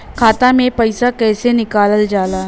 खाता से पैसा कइसे निकालल जाला?